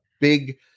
big